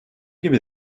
gibi